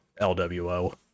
lwo